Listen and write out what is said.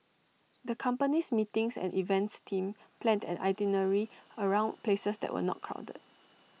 the company's meetings and events team planned an itinerary around places that were not crowded